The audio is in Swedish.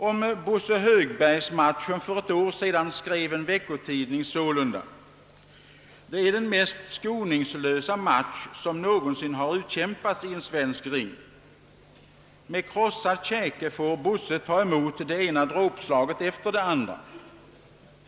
Om Bosse Högberg-matchen för ett år sedan skrev en veckotidning sålunda: »Det är den mest skoningslösa match som någonsin har utkämpats i en svensk ring! Med krossad käke får Bosse ta emot det ena dråpslaget efter det andra.